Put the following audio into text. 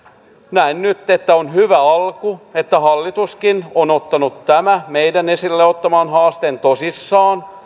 näen nyt että on hyvä alku että hallituskin on ottanut tämän meidän esille ottamamme haasteen tosissaan